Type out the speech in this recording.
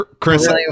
Chris